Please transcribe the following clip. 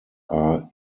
are